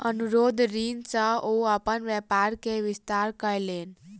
अनुरोध ऋण सॅ ओ अपन व्यापार के विस्तार कयलैन